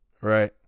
Right